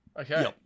okay